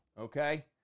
okay